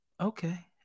okay